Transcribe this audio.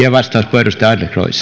puolesta